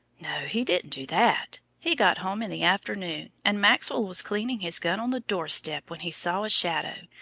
no, he didn't do that. he got home in the afternoon, and maxwell was cleaning his gun on the doorstep, when he saw a shadow,